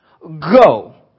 go